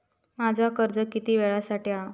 माझा कर्ज किती वेळासाठी हा?